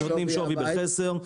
נותנים שווי בחסר.